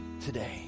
today